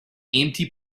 empty